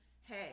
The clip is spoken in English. Hey